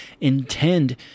intend